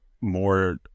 more